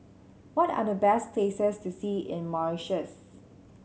what are the best places to see in Mauritius